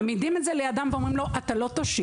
מעמידים את זה לידם ואומרים להם לא להושיב,